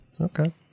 Okay